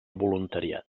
voluntariat